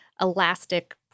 elastic